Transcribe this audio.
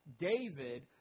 David